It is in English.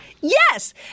Yes